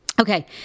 Okay